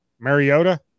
Mariota